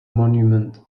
monument